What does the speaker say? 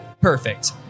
Perfect